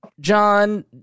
John